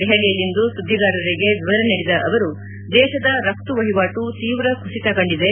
ದೆಪಲಿಯಲ್ಲಿಂದು ಸುದ್ದಿಗಾರರಿಗೆ ವಿವರ ನೀಡಿದ ಅವರು ದೇಶದ ರಘ್ತು ವಹಿವಾಟು ಶೀವ್ರ ಕುಸಿತ ಕಂಡಿದೆ